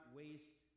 waste